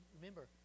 remember